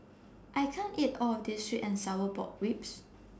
I can't eat All of This Sweet and Sour Pork Ribs